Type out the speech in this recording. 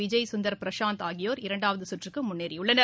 விஜய் சுந்தர் பிரசாந்த் ஆகியோர் இரண்டாவது கற்றுக்கு முன்னேறியுள்ளனர்